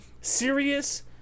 Serious